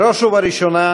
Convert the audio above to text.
בראש ובראשונה